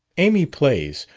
amy plays.